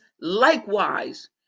likewise